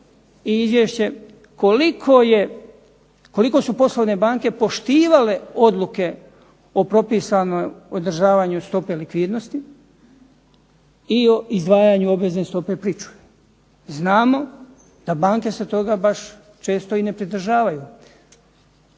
i izvješće koliko su poslovne banke poštivale odluke o propisanom održavanju stope likvidnosti i izdvajanju obvezne stope pričuve. Znamo da banke se toga baš često i ne pridržavaju.